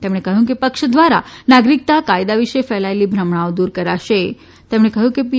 તેમણે કહ્યું કે પક્ષ દ્વારા નાગરીકતા કાયદા વિશે ફેલાયેલી ભ્રમણાઓ દૂર કરાશે તેમણે કહ્યું કે પી